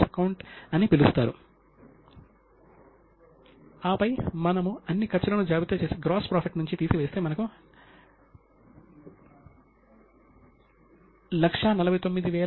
అప్పటి సంస్థల నిర్మాణం పరిపాలన నియంత్రణ శైలి పరిశీలిస్తే అవి ఆధునిక సంస్థలకు చాలా సారూప్యతలను కలిగి ఉన్నాయని మనము కనుగొనవచ్చు